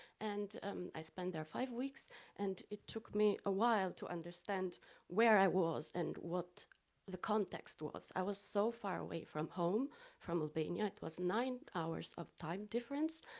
and um i spent there five weeks and it took me a while to understand where i was and what the context was. i was so far away from home from albania. it was nine hours of time difference.